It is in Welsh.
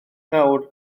nawr